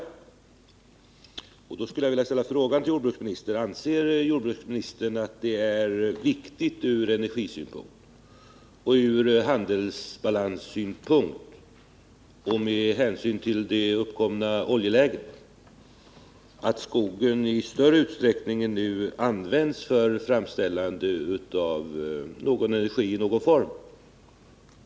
Jag vill då ställa följande fråga till jordbruksministern: Anser jordbruksministern att det från energioch handelsbalanssynpunkt och med hänsyn till det uppkomna oljeläget är viktigt att skogen i större utsträckning än nu används för framställande av energi i någon form?